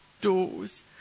doors